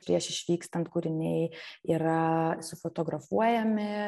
prieš išvykstant kūriniai yra sufotografuojami